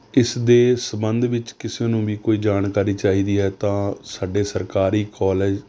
ਇਸ ਦੇ ਸੰਬੰਧ ਵਿੱਚ ਕਿਸੇ ਨੂੰ ਵੀ ਕੋਈ ਜਾਣਕਾਰੀ ਚਾਹੀਦੀ ਹੈ ਤਾਂ ਸਾਡੇ ਸਰਕਾਰੀ ਕੋਲਜ